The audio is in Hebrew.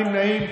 אין נמנעים.